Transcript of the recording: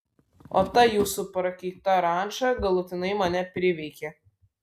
o ta jūsų prakeikta ranča galutinai mane priveikė